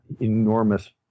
enormous